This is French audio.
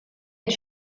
est